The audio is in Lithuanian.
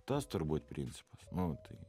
tas turbūt principas nu tai